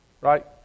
right